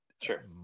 sure